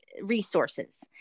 Resources